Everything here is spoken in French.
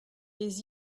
les